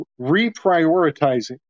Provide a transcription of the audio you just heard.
reprioritizing